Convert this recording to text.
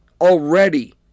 already